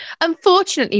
Unfortunately